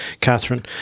Catherine